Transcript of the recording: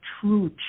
true